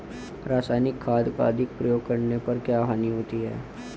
रासायनिक खाद का अधिक प्रयोग करने पर क्या हानि होती है?